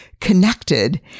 connected